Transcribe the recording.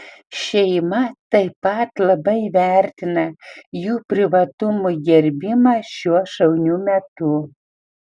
šeima taip pat labai vertina jų privatumo gerbimą šiuo šauniu metu